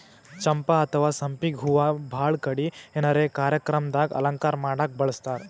ಚಂಪಾ ಅಥವಾ ಸಂಪಿಗ್ ಹೂವಾ ಭಾಳ್ ಕಡಿ ಏನರೆ ಕಾರ್ಯಕ್ರಮ್ ದಾಗ್ ಅಲಂಕಾರ್ ಮಾಡಕ್ಕ್ ಬಳಸ್ತಾರ್